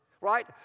right